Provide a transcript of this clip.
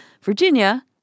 Virginia